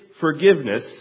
forgiveness